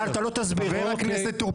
הגעתי קצת לקראת הסיום,